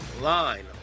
Line